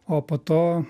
o po to